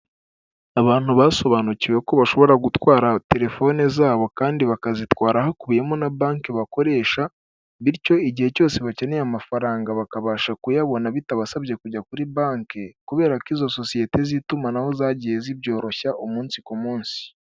Abantu basobanukiwe ko bashobora gutwara telefone zabo kandi bakazitwara hakubiyemo na banki bakoresha bityo igihe cyose bakeneye amafaranga bakabasha kuyabona bitabasabye kujya kuri banki kubera ko izo sosiyete z'itumanaho zagiye zibyoroshya umunsi ku munsi.